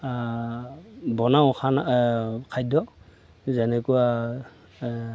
বনাওঁ খানা খাদ্য যেনেকুৱা